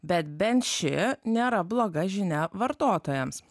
bet bent ši nėra bloga žinia vartotojams